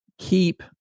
keep